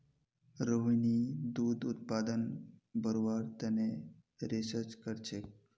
रोहिणी दूध उत्पादन बढ़व्वार तने रिसर्च करछेक